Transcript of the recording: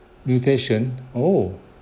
mutation !ow!